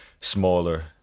smaller